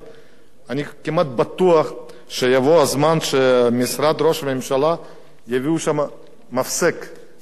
אני כמעט בטוח שיבוא הזמן שמשרד ראש הממשלה יביא לשם מפסק של המיקרופון,